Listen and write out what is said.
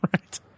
right